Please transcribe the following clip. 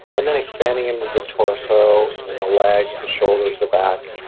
and then expanding into the torso and then the legs, the shoulders, the back,